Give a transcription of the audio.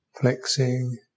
flexing